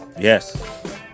Yes